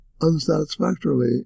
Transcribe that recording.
unsatisfactorily